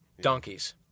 Donkeys